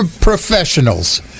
professionals